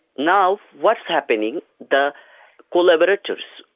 now what's happening, the collaborators,